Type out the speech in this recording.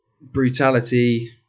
brutality